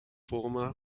former